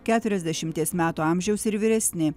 keturiasdešimties metų amžiaus ir vyresni